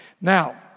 Now